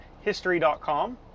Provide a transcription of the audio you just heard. history.com